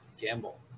gamble